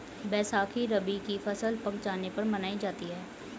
बैसाखी रबी की फ़सल पक जाने पर मनायी जाती है